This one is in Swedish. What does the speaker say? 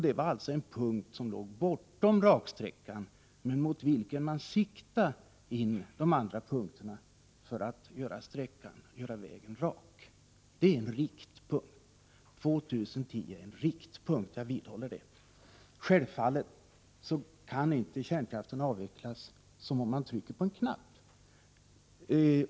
Det var alltså en punkt som låg bortom raksträckan men mot vilken man siktade in de andra punkterna för att göra vägen rak. År 2010 är en riktpunkt. Jag vidhåller det. Självfallet kan inte kärnkraften avvecklas som om man trycker på en knapp.